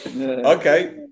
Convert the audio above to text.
okay